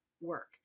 work